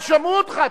אבל שמעו אותך.